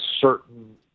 certain